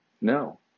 no